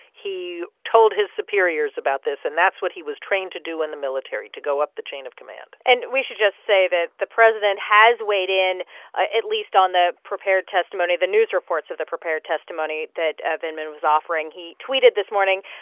he told his superiors about this, and that's what he was trained to do in the military to go up the chain of command and we should just say that the president has weighed in ah at least on the prepared testimony the news reports of the prepared testimony that ah vindman was offering. he tweeted this morning,